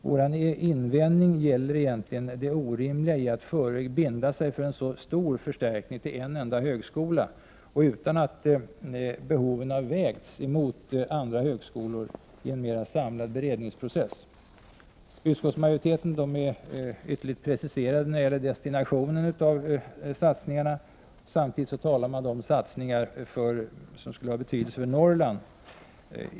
Vår invändning gäller egentligen det orimliga i att i förväg binda sig för en så stor förstärkning till en enda högskola, därtill utan att behovet har vägts emot andra högskolor i en mera samlad beredningsprocess. Utskottsmajoriteten är ytterligt preciserad när det gäller destinationen av satsningarna. Samtidigt talar man om satsningar som skulle ha betydelse för Norrland.